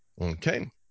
Okay